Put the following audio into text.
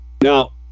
Now